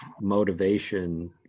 motivation